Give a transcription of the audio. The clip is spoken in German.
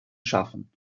schaffen